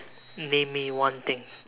name me one thing